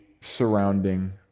surrounding